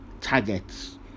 targets